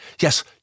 Yes